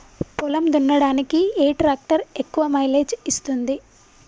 పొలం దున్నడానికి ఏ ట్రాక్టర్ ఎక్కువ మైలేజ్ ఇస్తుంది?